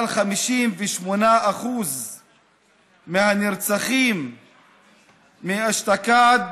אבל 58% מהנרצחים אשתקד